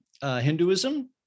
Hinduism